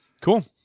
Cool